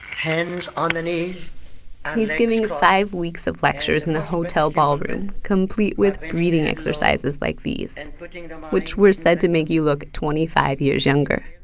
hands on the he's giving five weeks of lectures in a hotel ballroom, complete with breathing exercises like these, which and um which were said to make you look twenty-five years younger.